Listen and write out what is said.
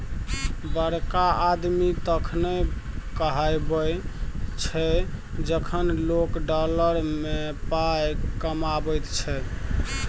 बड़का आदमी तखने कहाबै छै जखन लोक डॉलर मे पाय कमाबैत छै